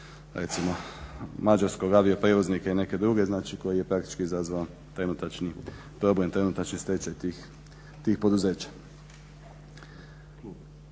recimo mađarskog avioprijevoznika i neke druge, znači koji je praktički izazvao trenutačni problem, trenutačni stečaj tih poduzeća.